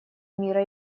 мира